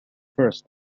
first